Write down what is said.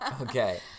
Okay